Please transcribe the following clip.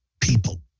people